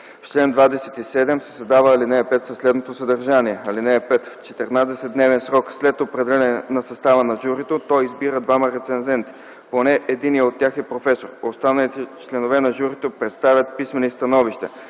В чл. 27 се създава ал. 5 със следното съдържание: "(5) В 14-дневен срок след определяне на състава на журито то избира двама рецензенти. Поне единият от тях е професор. Останалите членове на журито представят писмени становища.